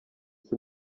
isi